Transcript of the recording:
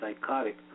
psychotic